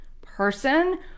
person